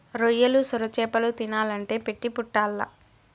రొయ్యలు, సొరచేపలు తినాలంటే పెట్టి పుట్టాల్ల